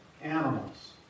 animals